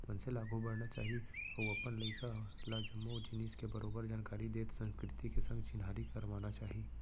मनसे ल आघू बढ़ना चाही अउ अपन लइका ल जम्मो जिनिस के बरोबर जानकारी देत संस्कृति के संग चिन्हारी करवाना चाही